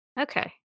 Okay